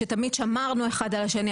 שתמיד שמרנו אחד על השני.